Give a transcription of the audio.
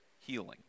healing